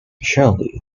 surely